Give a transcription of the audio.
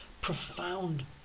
profound